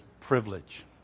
privilege